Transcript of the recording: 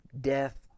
death